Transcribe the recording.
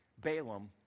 Balaam